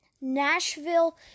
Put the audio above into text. Nashville